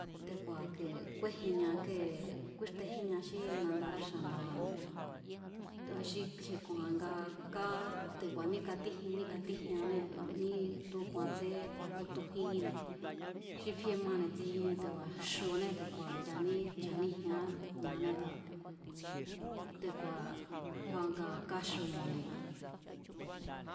Te̱ku̱a̱ kee kúéjinña kée̱, kúíxtejínña xí nadará xa̱nda̱ba̱ne̱ te̱ku̱a̱ xi kju̱i̱e̱ nga káá te̱ku̱a̱ níkatíji níkatíjiannée̱ tu̱úku̱a̱n tsén ku̱a̱kútujínjínne̱ xi fie mane̱ te̱ku̱a̱ tsijien xuné te̱ku̱a̱ ya̱ní cha̱níji̱e̱án ña̱ne te̱ku̱a̱, te̱ku̱a̱ kua̱ ngaa̱ káxu mole̱ba̱ne̱.